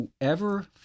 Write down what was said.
whoever